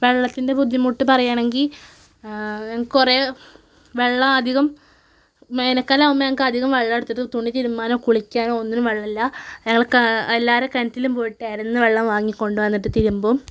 വെള്ളത്തിന്റെ ബുദ്ധിമുട്ട് പറയാനാണെങ്കിൽ ഞങ്ങൾക്ക് കുറേ വെള്ളം അധികം വേനൽക്കാലം ആവുമ്പോൾ ഞങ്ങൾക്ക് അധികം വെള്ളം എടുത്തിട്ട് തുണി തിരുമ്പാനോ കുളിക്കാനോ ഒന്നിനും വെള്ളം ഇല്ല ഞങ്ങൾ എല്ലാവരെയും കിണറ്റിലും പോയിട്ട് ഇരന്ന് വെള്ളം വാങ്ങി കൊണ്ടുവന്നിട്ട് തിരുമ്പും